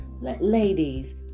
ladies